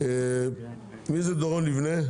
מי זה דורון ליבנה?